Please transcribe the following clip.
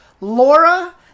Laura